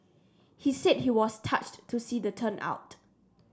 he said he was touched to see the turnout